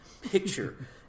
picture